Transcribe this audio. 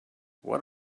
what